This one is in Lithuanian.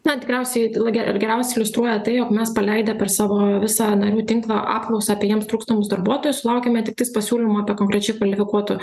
na tikriausiai geriausiai iliustruoja tai jog mes paleidę per savo visą narių tinklą apklausą apie jiems trūkstamus darbuotojus sulaukėme tik tais pasiūlymų apie konkrečiai kvalifikuotų